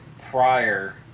prior